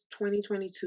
2022